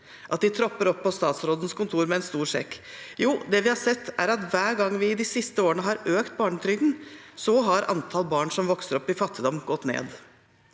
at de tropper opp på statsrådens kontor med en stor sekk? Jo, det vi har sett, er at hver gang vi de siste årene har økt barnetrygden, har antall barn som vokser opp i fattigdom, gått ned,